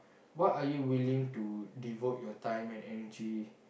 what are you willing to devote your time and energy